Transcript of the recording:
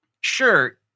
Sure